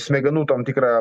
smegenų tam tikrą